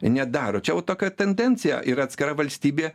nedaro tačiau tokia tendencija ir atskira valstybė